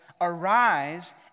arise